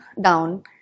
down